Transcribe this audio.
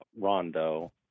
Rondo